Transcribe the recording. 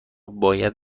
باید